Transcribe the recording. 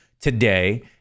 today